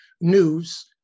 news